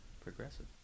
Progressive